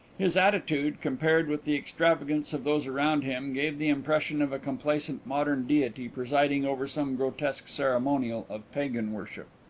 his attitude, compared with the extravagance of those around him, gave the impression of a complacent modern deity presiding over some grotesque ceremonial of pagan worship.